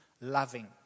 loving